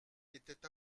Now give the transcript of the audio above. était